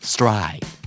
Stride